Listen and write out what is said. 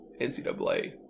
NCAA